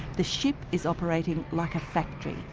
the ship is operating like a factory,